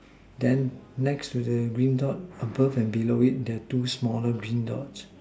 then next to the green dot above and below it there are two smaller green dots